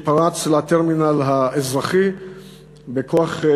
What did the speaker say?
שפרץ לטרמינל האזרחי בכוח,